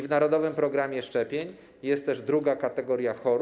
W narodowym programie szczepień jest też druga kategoria chorób.